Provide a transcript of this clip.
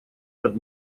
над